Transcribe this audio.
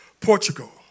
Portugal